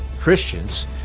Christians